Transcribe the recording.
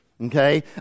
okay